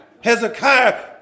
Hezekiah